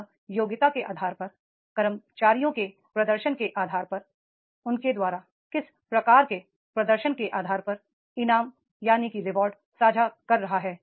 वह योग्यता के आधार पर कर्मचारियों के प्रदर्शन के आधार पर उनके द्वारा किस प्रकार के प्रदर्शन के आधार पर इनाम साझा कर रहा है